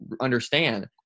understand